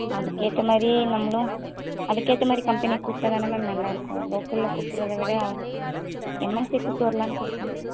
அதற்கேத்தமாரி நம்மளும் அதற்கேத்தமாரி கம்பெனியை கூப்பிட்டா தானே மேம் நல்லாயிருக்கும் லோக்கலில் கூப்பிடுறத விட எம்என்சி கூப்பிட்டு வரலாண்ட்டுருக்கேன்